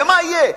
ומה יהיה,